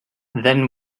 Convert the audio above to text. then